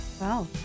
Wow